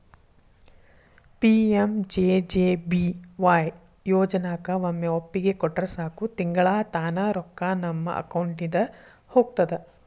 PMJJBY ಯೋಜನಾಕ ಒಮ್ಮೆ ಒಪ್ಪಿಗೆ ಕೊಟ್ರ ಸಾಕು ತಿಂಗಳಾ ತಾನ ರೊಕ್ಕಾ ನಮ್ಮ ಅಕೌಂಟಿದ ಹೋಗ್ತದ